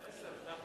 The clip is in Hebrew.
תשע עשינו.